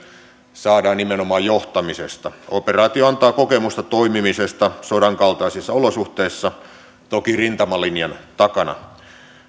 saadaan nimenomaan johtamisesta operaatio antaa kokemusta toimimisesta sodan kaltaisissa olosuhteissa toki rintamalinjan takana